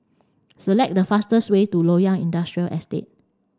select the fastest way to Loyang Industrial Estate